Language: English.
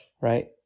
right